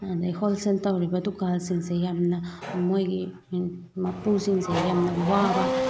ꯑꯗꯒꯤ ꯍꯣꯜꯁꯦꯜ ꯇꯧꯔꯤꯕ ꯗꯨꯀꯥꯟꯁꯤꯡꯁꯦ ꯌꯥꯝꯅ ꯃꯣꯏꯒꯤ ꯃꯄꯨꯁꯤꯡꯁꯦ ꯌꯥꯝꯅ ꯋꯥꯕ